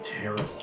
terrible